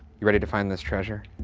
you ready to find this treasure?